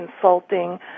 consulting